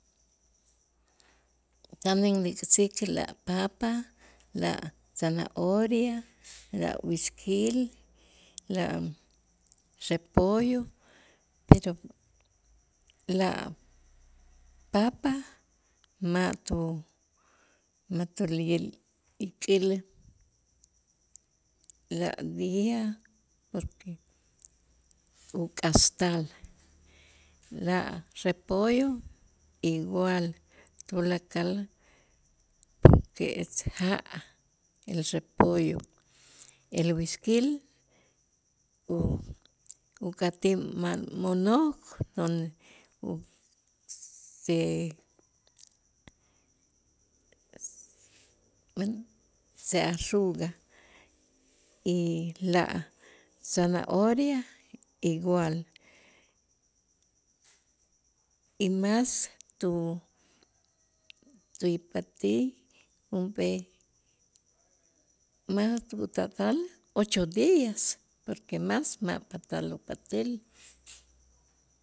Tan inlik'sik la papa, la zanahoria, la güisquil, la repollo pero la papa ma' tu ma' tu li'il- lik'il la día porque uk'astal, la repollo igual tulakal porque es ja' el repollo, el güísquil u- uk'atij ma- mo'nok non usi men se arruga y la zanahoria igual y más tu tu y patij junp'ee ma' tu'tatal ochos días porque mas ma' patal upat'äl.